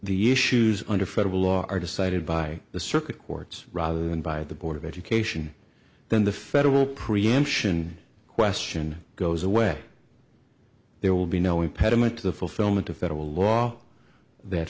the issues under federal law are decided by the circuit courts rather than by the board of education then the federal preemption question goes away there will be no impediment to the fulfilment of federal law that